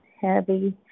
heavy